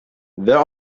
there